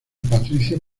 patricio